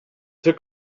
took